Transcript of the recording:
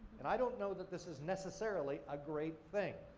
and, i don't know that this is necessarily a great thing.